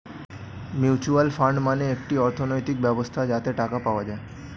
mutual fund মানে একটি অর্থনৈতিক ব্যবস্থা যাতে টাকা পাওয়া যায়